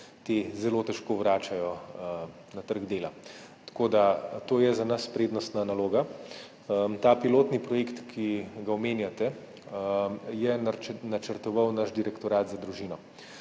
te zelo težko vračajo na trg dela. To je za nas prednostna naloga. Ta pilotni projekt, ki ga omenjate, je načrtoval naš Direktorat za družino.